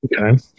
Okay